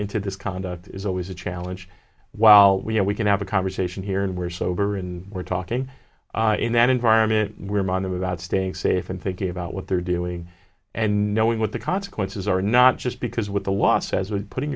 into this conduct is always a challenge while we know we can have a conversation here and we're sober and we're talking in that environment we're mind about staying safe and thinking about what they're doing and knowing what the consequences are not just because what the law says would putting